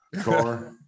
car